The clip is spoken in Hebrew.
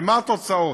ומה התוצאות?